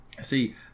See